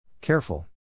Careful